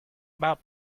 about